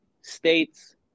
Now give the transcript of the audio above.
states